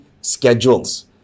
schedules